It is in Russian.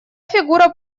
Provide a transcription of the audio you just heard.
фигура